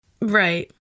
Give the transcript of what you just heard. right